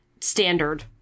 standard